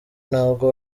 ntabwo